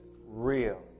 real